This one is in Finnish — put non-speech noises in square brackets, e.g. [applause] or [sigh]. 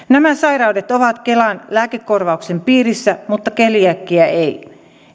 [unintelligible] nämä sairaudet ovat kelan lääkekorvauksen piirissä mutta keliakia ei